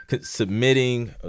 submitting